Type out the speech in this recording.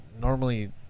normally